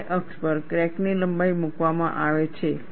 y અક્ષ પર ક્રેકની લંબાઈ મૂકવામાં આવે છે